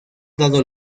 dado